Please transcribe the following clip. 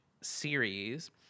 series